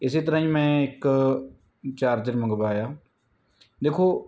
ਇਸੇ ਤਰ੍ਹਾਂ ਹੀ ਮੈਂ ਇੱਕ ਚਾਰਜਰ ਮੰਗਵਾਇਆ ਦੇਖੋ